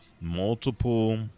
multiple